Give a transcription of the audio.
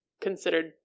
considered